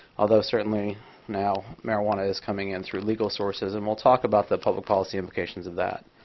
although certainly now, marijuana is coming in through legal sources. and we'll talk about the public policy implications of that.